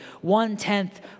one-tenth